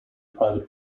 private